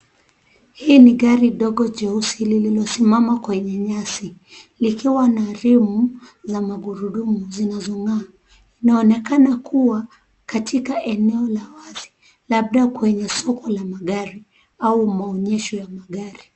Hii ni gari ndogo jeusi ilililosimama kwenye nyasi, likiwa na rimu za magurudumu zinazong'aa. Inaonekana kua katika eneo la wazi, labda kwenye soko la magari au maonyesho ya magari.